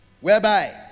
Whereby